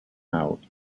out